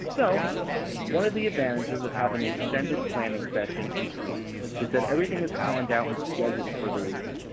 so one of the advantages of having the extended planning session each week is that everything is planned out and scheduled for the week.